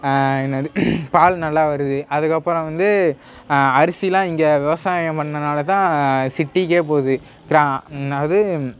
என்னது பால் நல்லா வருது அதுக்கப்பறம் வந்து அரிசிலாம் இங்கே விவசாயம் பண்ணதால தான் சிட்டிக்கே போது கிரா இன்னாது